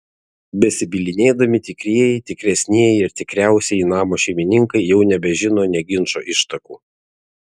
besibylinėdami tikrieji tikresnieji ir tikriausieji namo šeimininkai jau nebežino nė ginčo ištakų